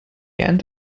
end